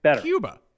Cuba